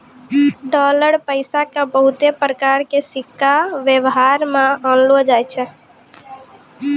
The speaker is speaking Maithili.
डालर पैसा के बहुते प्रकार के सिक्का वेवहार मे आनलो जाय छै